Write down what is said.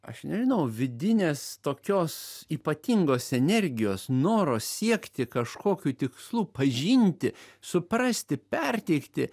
aš nežinau vidinės tokios ypatingos energijos noro siekti kažkokių tikslų pažinti suprasti perteikti